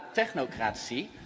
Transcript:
technocratie